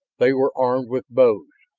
they were armed with bows,